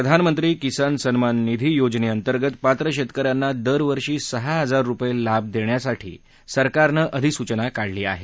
प्रधानमंत्री किसान सम्मान निधी पीएम किसान योजनेअंतर्गत पात्र शेतकर्यांना दर वर्षी सहा हजार रुपये लाभ देण्यासाठी सरकारनं अधिसूचना काढली आहे